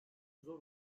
zor